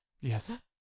Yes